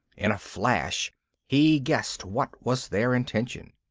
in a flash he guessed what was their intention.